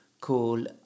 call